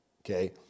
okay